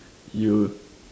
you